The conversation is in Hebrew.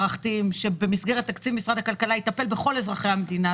מערכתיים שבמסגרת תקציב משרד הכלכלה יטפלו בכל אזרחי המדינה,